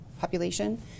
population